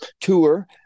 tour